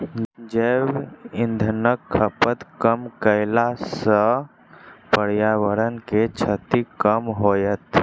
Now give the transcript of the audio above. जैव इंधनक खपत कम कयला सॅ पर्यावरण के क्षति कम होयत